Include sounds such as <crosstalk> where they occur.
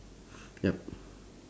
<breath> yup